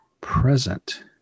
present